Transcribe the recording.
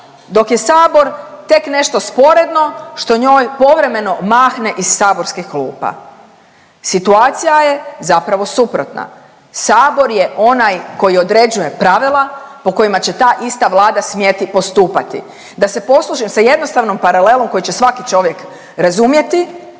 dok je Sabor tek nešto sporedno što njoj povremeno mahne iz saborskih klupa. Situacija je zapravo suprotna. Sabor je onaj koji određuje pravila po kojima će ta ista Vlada smjeti postupati. Da se poslužim sa jednostavnom paralelom koju će svaki čovjek razumjeti,